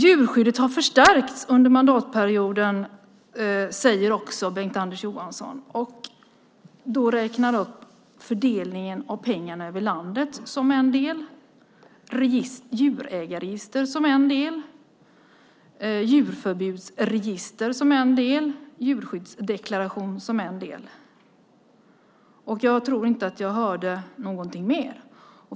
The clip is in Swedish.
Djurskyddet har förstärkts under mandatperioden, säger Bengt-Anders Johansson också. Han räknar då fördelningen av pengarna över landet som en del, djurägarregister som en del, djurförbudsregister som en del och djurskyddsdeklaration som en del. Jag tror inte att jag hörde någonting mer.